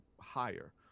higher